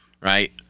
right